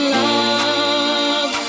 love